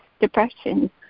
depression